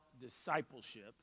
discipleship